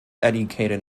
educated